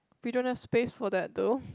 we don't have space for that though